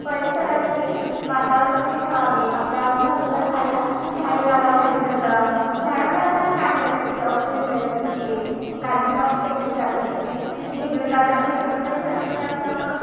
परिसरातील वातावरण कसे ठेवावे आपल्या आजूबाजूला झाडे ला झाडे लावा झाडे जगवा झाडामुळे आपल्याला काय मिळत असते ऑक्सिजन मिळत असते कार्बन डायऑक्साईड जात असते हिरवंगार हिरवंगार झाडामुळे आपलं